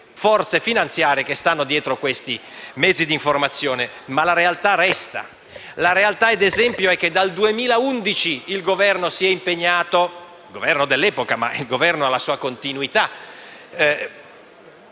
forze finanziarie che stanno dietro questi mezzi di informazione. Ma la realtà resta. La realtà, ad esempio, è che dal 2011 il Governo dell'epoca (ma il Governo ha una sua continuità)